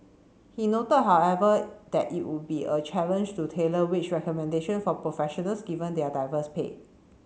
he noted however that it would be a challenge to tailor wage recommendation for professionals given their diverse pay